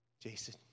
Jason